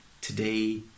Today